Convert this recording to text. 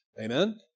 Amen